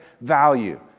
value